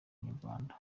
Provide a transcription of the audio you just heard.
inyarwanda